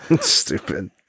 Stupid